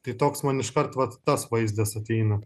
tai toks man iškart vat tas vaizdas ateina